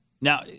Now